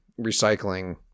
recycling